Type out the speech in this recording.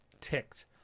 ticked